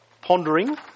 pondering